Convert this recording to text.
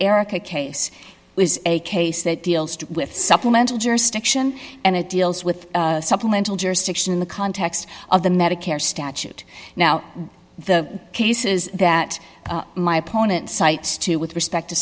erica case was a case that deals with supplemental jurisdiction and it deals with supplemental jurisdiction in the context of the medicare statute now the cases that my opponent cites to with respect to